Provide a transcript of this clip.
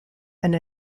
and